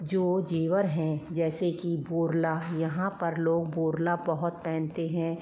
जो जेवर हैं जैसे कि बोरला यहाँ पर लोग बोरला बहुत पहनते हैं